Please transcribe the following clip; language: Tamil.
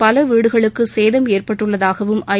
பல வீடுகளுக்கு சேதம் ஏற்பட்டுள்ளதாகவும் ஐ